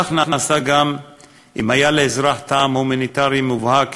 כך נעשה גם אם היה לאזרח טעם הומניטרי מובהק,